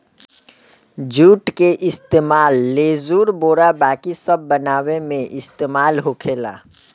जुट के इस्तेमाल लेजुर, बोरा बाकी सब बनावे मे इस्तेमाल होखेला